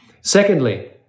Secondly